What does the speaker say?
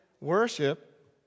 worship